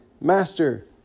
Master